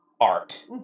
art